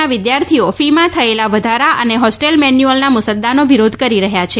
ના વિદ્યાર્થીઓ ફીમાં થયેલા વધારા અને હોસ્ટેલ મેન્યુઅલના મુસદ્દાનો વિરોધ કરી રહ્યા છે